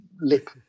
lip